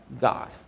God